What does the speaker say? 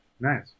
Nice